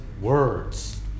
words